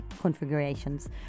configurations